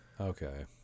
okay